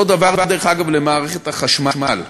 אותו דבר, דרך אגב, במערכת החשמל.